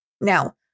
Now